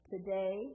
Today